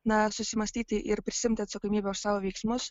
na susimąstyti ir prisiimti atsakomybę už savo veiksmus